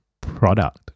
product